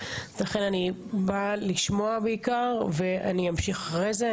לכן אני באה לשמוע בעיקר ואני אמשיך אחרי זה.